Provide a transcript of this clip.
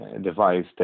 device